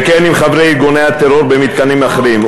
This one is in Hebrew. וכן עם חברי ארגוני הטרור במתקנים אחרים,